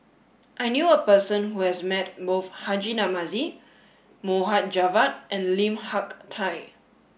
I knew a person who has met both Haji Namazie Mohd Javad and Lim Hak Tai